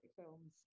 films